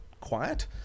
quiet